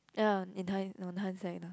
ya in hind~ on hindsight lah